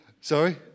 Sorry